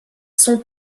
son